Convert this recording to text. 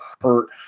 hurt